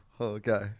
okay